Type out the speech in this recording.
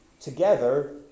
together